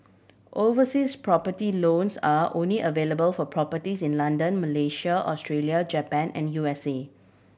overseas property loans are only available for properties in London Malaysia Australia Japan and U S A